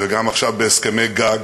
ועכשיו גם בהסכמי גג,